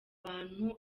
abantu